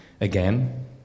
again